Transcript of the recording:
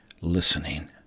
listening